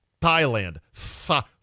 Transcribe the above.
Thailand